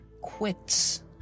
quits